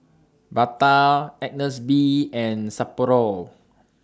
Bata Agnes B and Sapporo